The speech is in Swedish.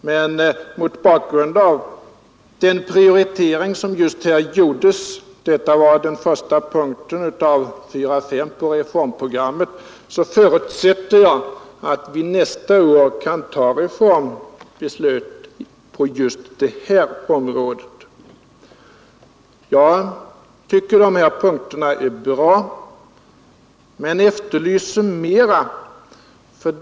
Men mot bakgrund av den prioritering som nyss gjorts — detta var den första punkten av fyra fem på reformprogrammet — förutsätter jag att vi nästa år kan ta reformbeslut på just det här området. Jag tycker att de nämnda punkterna är bra, men jag efterlyser mer långtgående förslag.